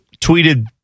tweeted